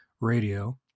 radio